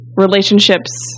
relationships